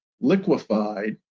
liquefied